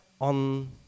on